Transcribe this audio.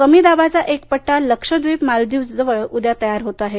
कमी दाबाचा एक पट्टा लक्षद्वीप मालदीव्जजवळ उद्या तयार होतो आहे